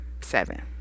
seven